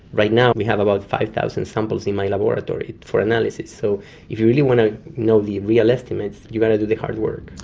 right now we have about five thousand samples in my laboratory for analysis. so if you really want to know the real estimates, you've got to do the hard work.